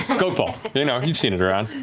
goatball, you know, you've seen it around.